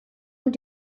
und